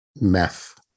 meth